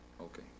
Okay